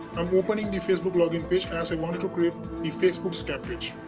i'm opening the facebook login page as i wanted to create a facebook cat page